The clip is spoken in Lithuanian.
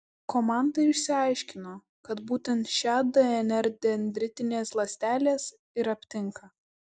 komanda išsiaiškino kad būtent šią dnr dendritinės ląstelės ir aptinka